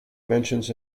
mentions